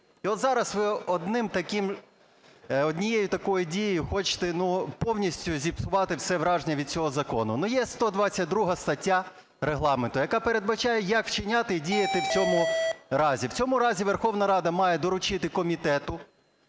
таким … однією такою дією хочете повністю зіпсувати все враження від цього закону. Ну, є 122 стаття Регламенту, яка передбачає, як вчиняти і діяти в цьому разі. В цьому разі Верховна Рада має доручити комітету